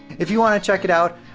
if you wanna check it out,